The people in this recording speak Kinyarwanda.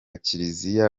kiliziya